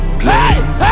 play